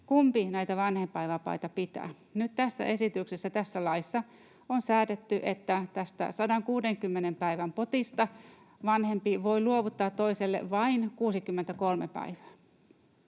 kumpi näitä vanhempainvapaita pitää. Nyt tässä esityksessä, tässä laissa, on säädetty, että tästä 160 päivän potista vanhempi voi luovuttaa toiselle vain 63 päivää.